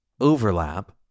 overlap